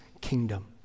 kingdom